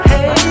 Hey